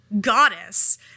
goddess